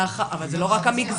אבל זה לא רק המגזר.